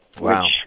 Wow